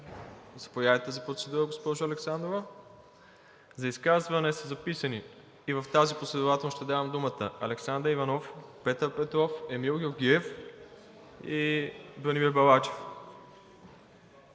Заповядайте за процедура, госпожо Александрова. За изказване са записани и в тази последователност ще давам думата: Александър Иванов, Петър Петров, Емил Георгиев и Владимир Балачев.